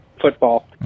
football